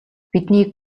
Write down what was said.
биднийг